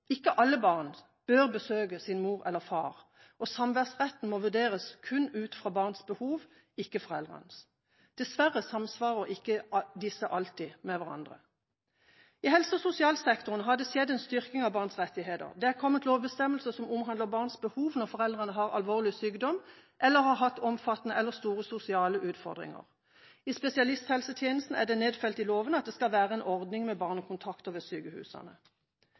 Ikke alle barn bør besøke sin mor eller far, og samværsretten må vurderes kun ut fra barnas behov, ikke foreldrenes. Dessverre samsvarer disse ikke alltid med hverandre. I helse- og sosialsektoren har det skjedd en styrking av barns rettigheter. Der er det kommet lovbestemmelser som omhandler barns behov når foreldre har alvorlig sykdom eller har hatt omfattende eller store sosiale utfordringer. I spesialisthelsetjenesten er det nedfelt i loven at det skal være en ordning med barnekontakter ved sykehusene. Foreningen For Fangers Pårørende har fra opprettelsen i